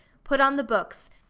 put on the books,